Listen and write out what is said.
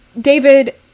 David